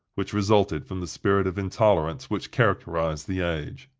which resulted from the spirit of intolerance which characterized the age.